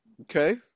Okay